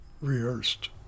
rehearsed